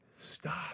Stop